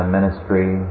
Ministry